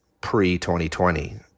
pre-2020